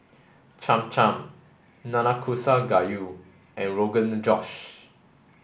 Cham Cham Nanakusa Gayu and Rogan Josh